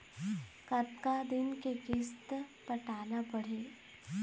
कतका दिन के किस्त पटाना पड़ही?